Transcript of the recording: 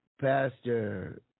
pastor